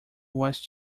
was